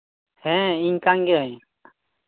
ᱦᱮᱸ ᱤᱧ ᱠᱟᱱ ᱜᱤᱭᱟᱹᱧ